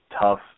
tough